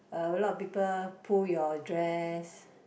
a lot of people pull your dress